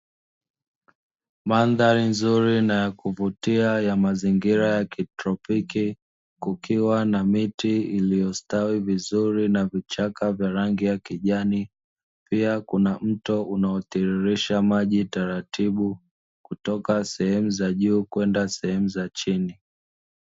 Mandhari nzuri na ya kuvutia ya mazingira ya kitropiki, kukiwa na miti iliyostawi vizuri na vichaka vya rangi ya kijani, pia kuna mto unaotiririsha maji taratibu kutoka sehemu za juu kwenda sehemu za chini.